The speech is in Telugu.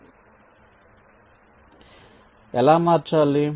కాబట్టి ఎలా మార్చాలి